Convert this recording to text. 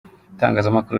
itangazamakuru